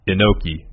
Inoki